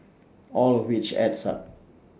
all of which adds up